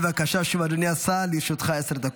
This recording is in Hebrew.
2),